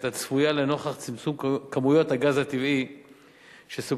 שהיתה צפויה לנוכח צמצום כמויות הגז הטבעי שסופקו